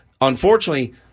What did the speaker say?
Unfortunately